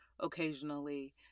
occasionally